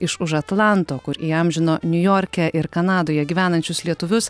iš už atlanto kur įamžino niujorke ir kanadoje gyvenančius lietuvius